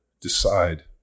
decide